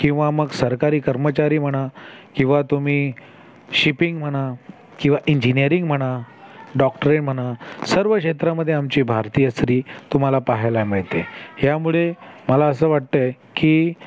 किंवा मग सरकारी कर्मचारी म्हणा किंवा तुम्ही शिपिंग म्हणा किंवा इंजिनिअरिंग म्हणा डॉक्टरी म्हणा सर्व क्षेत्रामध्ये आमची भारतीय स्त्री तुम्हाला पाहायला मिळते ह्यामुळे मला असं वाटतंय की